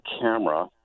camera